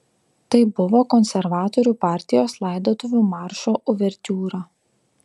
tai buvo konservatorių partijos laidotuvių maršo uvertiūra